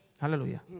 hallelujah